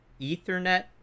ethernet